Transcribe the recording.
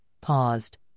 paused